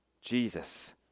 Jesus